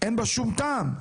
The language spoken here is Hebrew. אין בה שום טעם,